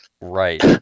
right